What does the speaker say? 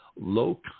low